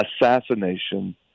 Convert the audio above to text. Assassination